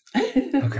Okay